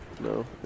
No